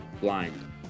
Blind